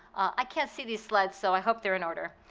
i can't see these slides so i hope they're in order.